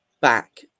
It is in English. back